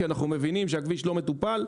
כי אנחנו מבינים שהכביש לא מטופל,